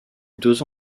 deux